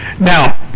Now